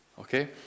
okay